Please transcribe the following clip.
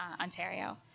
Ontario